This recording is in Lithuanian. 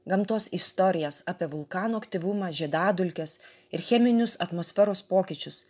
gamtos istorijas apie vulkano aktyvumą žiedadulkes ir cheminius atmosferos pokyčius